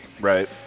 Right